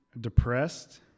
depressed